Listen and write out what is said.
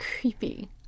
Creepy